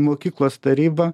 mokyklos taryba